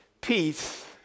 peace